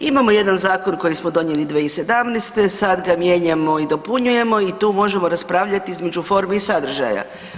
Imamo jedan zakon koji smo donijeli 2017., sad ga mijenjamo i dopunjujemo i tu možemo raspravljati između forme i sadržaja.